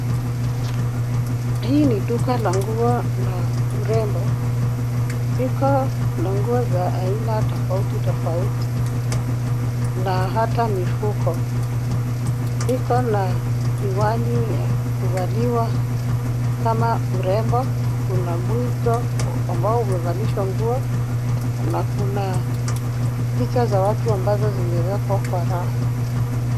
Hii ni duka la nguo la urembo, iko na nguo za aina tofauti tofauti na hata mifuko. Iko na miwani ya kuvaliwa kama urembo, una mwigo ambao umevalishwa nguo na kuna picha za watu ambazo zimewekwa kwa rafu.